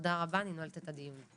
תודה רבה, אני נועלת הדיון.